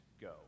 go